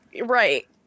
Right